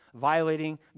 violating